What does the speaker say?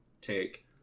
take